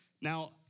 Now